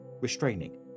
restraining